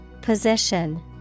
Position